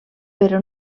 però